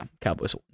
Cowboys